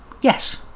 yes